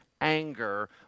anger